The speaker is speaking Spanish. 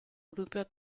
grupo